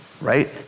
right